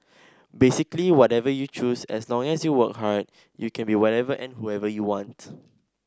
basically whatever you choose as long as you work hard you can be whatever and whoever you want